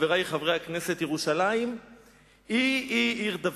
חברי חברי הכנסת, ירושלים היא היא עיר דוד.